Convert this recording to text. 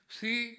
see